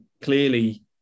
clearly